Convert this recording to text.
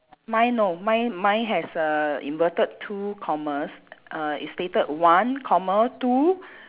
mine no mine mine has err inverted two commas uh it's stated one comma two